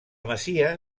masia